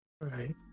Right